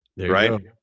Right